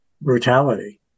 brutality